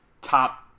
top